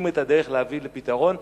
מוצאים את הדרך להביא לפתרון,